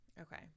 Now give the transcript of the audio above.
Okay